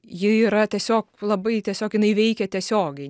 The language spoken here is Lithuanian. ji yra tiesiog labai tiesiog jinai veikia tiesiogiai